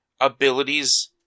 Abilities